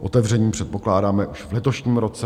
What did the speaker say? Otevření předpokládáme v letošním roce.